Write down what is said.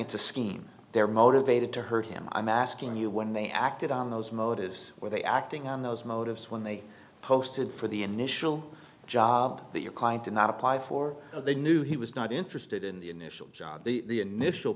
it's a scheme they're motivated to hurt him i'm asking you when they acted on those motives were they acting on those motives when they posted for the initial job that your client did not apply for they knew he was not interested in the initial job the initial